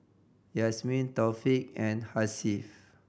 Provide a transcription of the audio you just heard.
Yasmin Taufik and Hasif